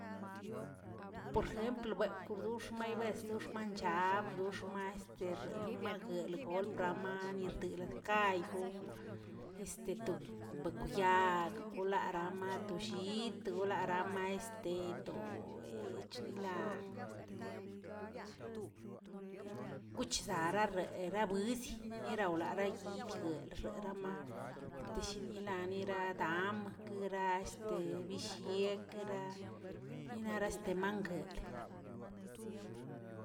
Por jemplə bekwrdux mayberscho manchaabduxma este remalgəlgon plamaa nir dilkayoo este to bekwꞌ yag kolarama to llit kolarama este to he echnilaa, kuchzara rerabuidg yirawlarayidgə rerama teshinnaliraꞌa daꞌamkigra este bishiꞌekraꞌ este manggueꞌlə.